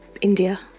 India